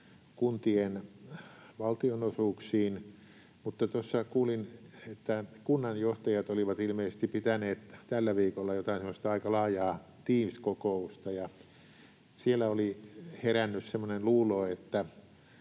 kuntien valtionosuuksiin. Mutta tuossa kuulin, että kunnanjohtajat olivat ilmeisesti pitäneet tällä viikolla semmoista aika laajaa Teams-kokousta ja siellä oli herännyt semmoinen luulo, että